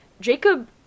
Jacob